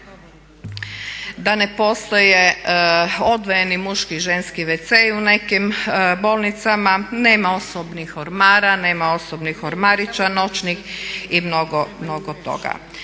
da ne postoje odvojeni muški i ženski WC-i u nekim bolnicama, nema osobnih ormara, nema osobnih ormarića noćnih i mnogo, mnogo